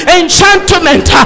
enchantment